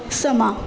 ਸਮਾਂ